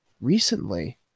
recently